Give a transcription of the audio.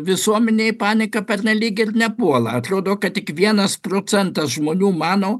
visuomenė j paniką pernelyg ir nepuola atrodo kad tik vienas procentas žmonių mano